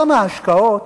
כמה השקעות.